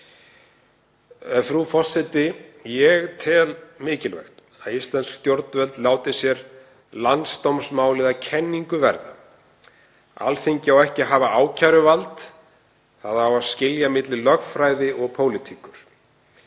Frú forseti. Ég tel mikilvægt að íslensk stjórnvöld láti sér landsdómsmálið að kenningu verða. Alþingi á ekki að hafa ákæruvald. Það á að skilja milli lögfræði og pólitíkur.